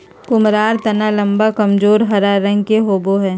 कुम्हाडा तना लम्बा, कमजोर और हरा रंग के होवो हइ